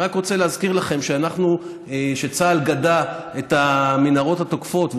אני רק רוצה להזכיר לכם שצה"ל גדע את המנהרות התוקפות,